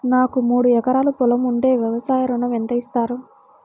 నాకు మూడు ఎకరాలు పొలం ఉంటే వ్యవసాయ ఋణం ఎంత ఇస్తారు?